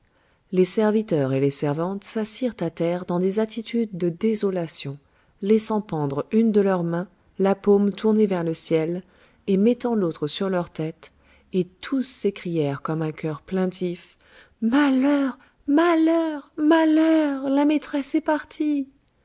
les serviteurs et les servantes s'assirent à terre dans des attitudes de désolation laissant pendre une de leurs mains la paume tournée vers le ciel et mettant l'autre sur leur tête et tous s'écrièrent comme un chœur plaintif malheur malheur malheur la maîtresse est partie